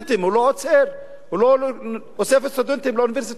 הוא לא עוצר, לא אוסף את הסטודנטים לאוניברסיטאות.